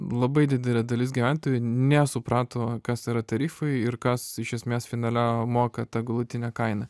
labai didelė dalis gyventojų nesuprato kas yra tarifai ir kas iš esmės finale moka tą galutinę kainą